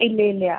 ഇല്ല ഇല്ല